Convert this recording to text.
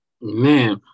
Man